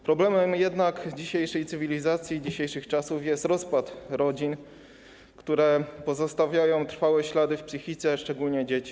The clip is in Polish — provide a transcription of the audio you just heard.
Problemem jednak dzisiejszej cywilizacji i dzisiejszych czasów jest rozpad rodzin, który pozostawia trwałe ślady w psychice szczególnie dzieci.